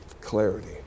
clarity